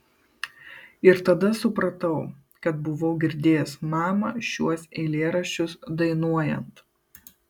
ir tada supratau kad buvau girdėjęs mamą šiuos eilėraščius dainuojant